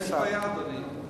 יש בעיה, אדוני.